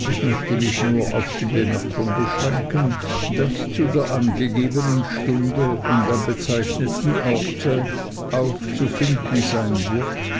ich möchte mich nur auf die bemerkung beschränken daß zu der angegebenen stunde und am bezeichneten orte aufzufinden sein wird